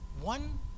one